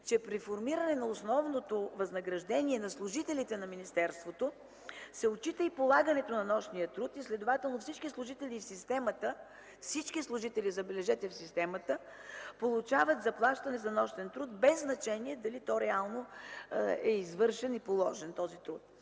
че при формиране на основното възнаграждение на служителите на министерството, се отчита и полагането на нощния труд, следователно всички служители в системата, забележете, всички служители в системата получават заплащане за нощен труд, без значение дали той реално е извършен и положен.